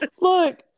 look